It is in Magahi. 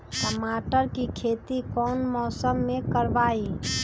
टमाटर की खेती कौन मौसम में करवाई?